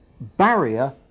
Barrier